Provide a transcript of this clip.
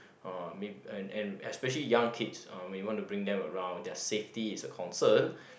uh may and and especially young kids uh when you want to bring them around their safety is a concern